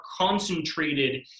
concentrated